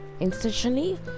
Institutionally